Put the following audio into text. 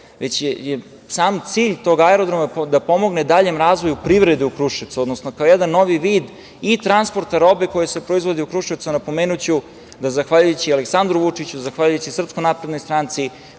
već je i sam cilj tog aerodroma da pomogne daljem razvoju privrede u Kruševcu, odnosno kao jedan novi vid i transporta robe koja se proizvodi u Kruševcu. Napomenuću da zahvaljujući Aleksandru Vučiću, zahvaljujući SNS, Kruševac je vratio